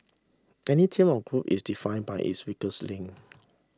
any team or group is define by its weakest link